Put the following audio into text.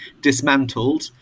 dismantled